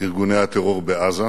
ארגוני הטרור בעזה.